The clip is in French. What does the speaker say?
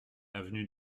avenue